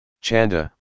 Chanda